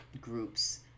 groups